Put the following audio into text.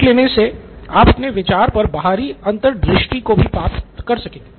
लिख लेने से आप अपने विचार पर बाहरी अंतर्दृष्टि भी प्राप्त कर सकेंगे